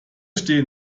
stehen